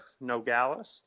Nogales